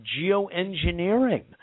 geoengineering